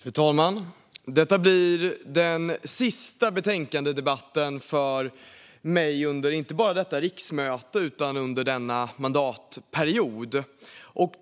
Fru talman! Detta blir den sista betänkandedebatten för mig inte bara under detta riksmöte utan under denna mandatperiod.